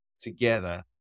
together